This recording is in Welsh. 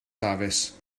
dafis